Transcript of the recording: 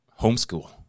homeschool